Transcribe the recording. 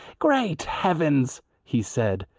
great heavens! he said,